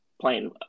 playing